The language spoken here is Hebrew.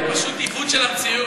זה פשוט עיוות של המציאות.